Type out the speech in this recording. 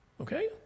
Okay